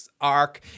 arc